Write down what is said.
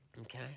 Okay